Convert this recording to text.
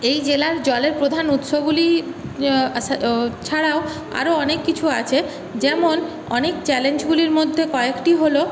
এই জেলার জলের প্রধান উৎসগুলি ছাড়াও আরও অনেক কিছু আছে যেমন অনেক চ্যালেঞ্জগুলির মধ্যে কয়েকটি হলো